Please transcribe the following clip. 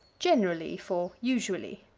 generally for usually.